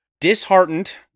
Disheartened